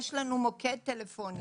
יש לנו מוקד טלפוני,